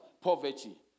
poverty